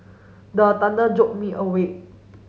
the thunder jolt me awake